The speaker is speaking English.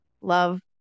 love